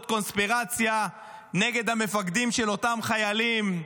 קונספירציה נגד המפקדים של אותם חיילים.